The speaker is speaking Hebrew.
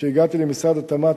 כשהגעתי למשרד התמ"ת,